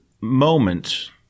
moment